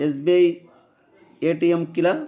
S B I A T M किल